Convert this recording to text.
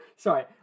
Sorry